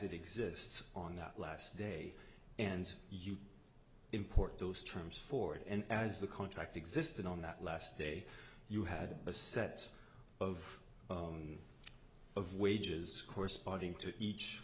it exists on that last day and you import those terms for it and as the contract existed on that last day you had a set of of wages corresponding to each